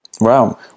Wow